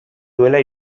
duela